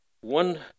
one